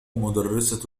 مدرسة